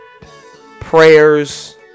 Prayers